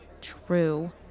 True